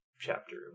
chapter